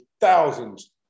thousands